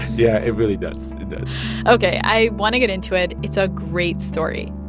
yeah, it really does. it does ok, i want to get into it. it's a great story.